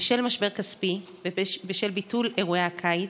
בשל משבר כספי ובשל ביטול אירועי הקיץ,